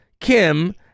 Kim